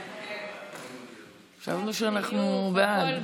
חשבנו שאנחנו בעד.